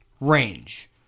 range